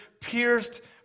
pierced